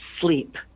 sleep